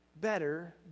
better